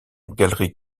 galerie